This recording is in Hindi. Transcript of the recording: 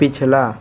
पिछला